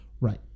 Right